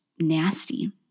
nasty